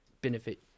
benefit